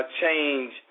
change